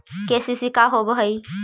KCC का होव हइ?